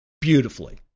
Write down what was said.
beautifully